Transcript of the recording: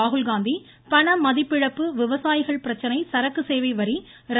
ராகுல் காந்தி பண மதிப்பிழப்பு விவசாயிகள் பிரச்சனை சரக்குசேவை வரி ர